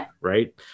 Right